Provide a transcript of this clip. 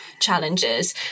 challenges